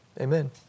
amen